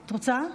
את רוצה לדבר?